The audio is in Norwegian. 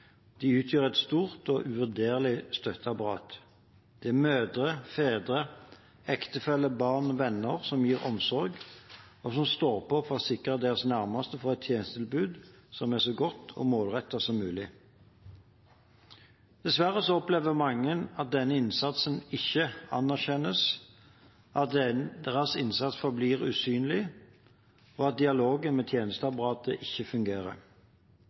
De utgjør et stort og uvurderlig støtteapparat. Det er mødre, fedre, ektefeller, barn og venner som gir omsorg, og som står på for å sikre at deres nærmeste får et tjenestetilbud som er så godt og målrettet som mulig. Dessverre opplever mange at denne innsatsen ikke anerkjennes, at deres innsats forblir usynlig, og at dialogen med tjenesteapparatet ikke fungerer.